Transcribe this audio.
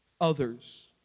others